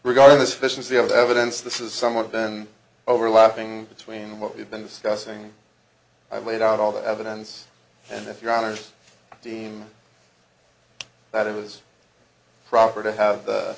regardless fissions the evidence this is somewhat then overlapping between what we've been discussing i laid out all the evidence and if your honour's deem that it was proper to have the